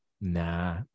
nah